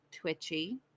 Twitchy